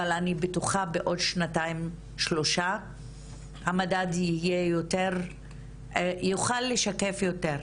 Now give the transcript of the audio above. אבל אני בטוחה בעוד שנתיים שלוש שהמדד יוכל לשקף יותר.